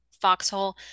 Foxhole